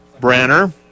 Branner